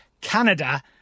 Canada